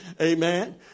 Amen